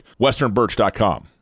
westernbirch.com